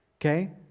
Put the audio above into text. okay